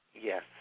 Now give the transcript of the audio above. Yes